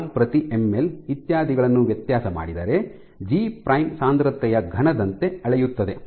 gram ಪ್ರತಿ ML ಇತ್ಯಾದಿಗಳನ್ನು ವ್ಯತ್ಯಾಸ ಮಾಡಿದರೆ ಜಿ ಪ್ರೈಮ್ G' ಸಾಂದ್ರತೆಯ ಘನದಂತೆ ಅಳೆಯುತ್ತದೆ